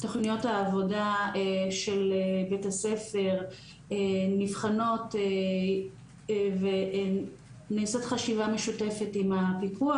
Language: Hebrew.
תכניות העבודה של בית הספר נבחנות ונעשית חשיבה משותפת עם הפיקוח.